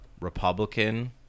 Republican